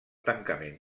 tancament